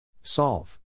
Solve